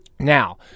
Now